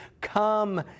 come